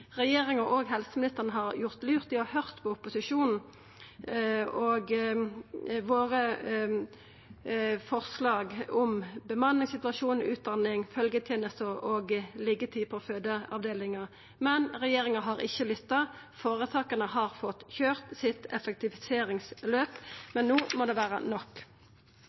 Regjeringa og helseministeren hadde gjort lurt i å høyra på opposisjonen og forslaga våre om bemanningssituasjon, utdanning, følgjeteneste og liggjetid på fødeavdelingar. Men regjeringa har ikkje lytta. Føretaka har fått køyra effektiviseringsløpet sitt, men no må det vera nok.